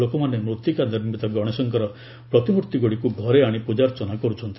ଲୋକମାନେ ମୃତ୍ତିକା ନିର୍ମିତ ଗଣେଶଙ୍କର ପ୍ରତିମୂର୍ତ୍ତିଗୁଡ଼ିକୁ ଘରେ ଆଶି ପୂଜାର୍ଚ୍ଚନା କରୁଛନ୍ତି